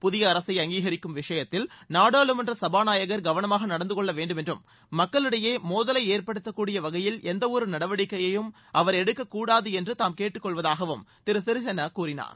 புதிய அரசை அங்கீகரிக்கும் விஷயத்தில் நாடாளுமன்ற சுபாநாயகர் கவனமாக நடந்தகொள்ள வேண்டும் என்றும் மக்களிடையே மோதலை ஏற்படுத்தக்கூடிய வகையில் எந்தவொரு நடவடிக்கையையும் அவர் எடுக்கக்கூடாது என்றும் தாம் கேட்டுக்கொள்வதாகவும் திரு சிறிசேனா கூறினார்